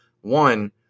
One